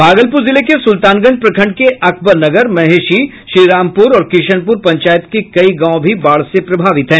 भागलपुर जिले के सुल्तानगंज प्रखंड के अकबरनगर महेशी श्रीरामपुर और किशनपुर पंचायत के कई गांव भी बाढ़ से प्रभावित हैं